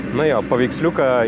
na jo paveiksliuką